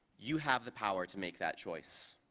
you have the power to make that choice.